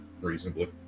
reasonably